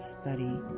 study